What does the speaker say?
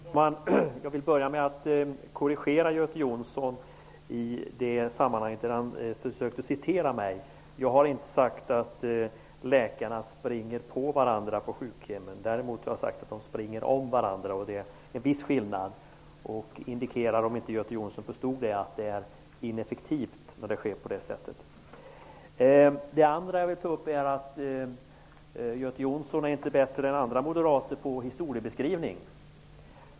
Herr talman! Jag vill börja med att korrigera vad Göte Jonsson sade när han försökte citera mig. Jag har inte sagt att läkarna springer på varandra på sjukhemmen. Däremot har jag sagt att de springer om varandra, och det är en viss skillnad. Det indikerar -- om inte Göte Jonsson förstod det -- att det är ineffektivt att ha det på det sättet. Göte Jonsson är inte bättre än andra moderater på historieskrivning.